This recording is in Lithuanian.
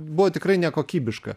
buvo tikrai nekokybiška